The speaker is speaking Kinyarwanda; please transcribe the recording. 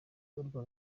urwo